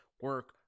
Work